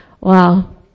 wow